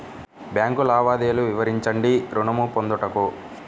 Bank లావాదేవీలు వివరించండి ఋణము పొందుటకు?